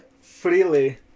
freely